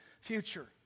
future